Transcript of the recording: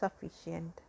sufficient